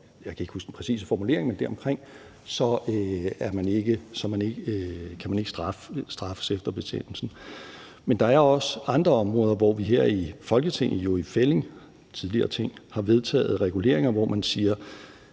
jeg kan ikke huske den præcise formulering – ikke straffes efter bestemmelsen. Men der er også andre områder, hvor vi her i Folketinget i fællig tidligere har vedtaget reguleringer, hvor man siger,